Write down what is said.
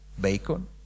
Bacon